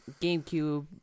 GameCube